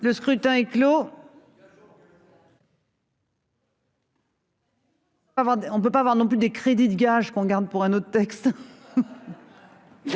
Le scrutin est clos. Avant, on ne peut pas avoir non plus des crédits de gage qu'on garde pour un autre texte.